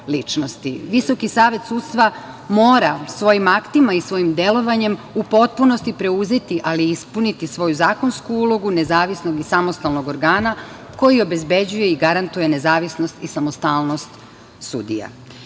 Visoki savet sudstva mora svojim aktima i svojim delovanjem u potpunosti preuzeti, ali i ispuniti svoju zakonsku ulogu nezavisnog i samostalnog organa koji obezbeđuje i garantuje nezavisnost i samostalnost sudija. Jednim